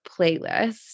playlist